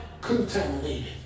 contaminated